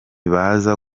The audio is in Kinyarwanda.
baza